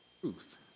truth